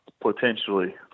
potentially